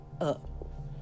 up